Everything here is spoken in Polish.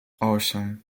osiem